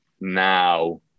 now